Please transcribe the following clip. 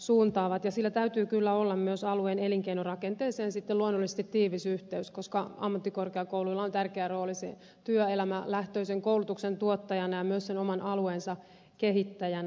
sillä täytyy kyllä olla myös alueen elinkeinorakenteeseen sitten luonnollisesti tiivis yhteys koska ammattikorkeakouluilla on tärkeä rooli työelämälähtöisen koulutuksen tuottajana ja myös sen oman alueensa kehittäjänä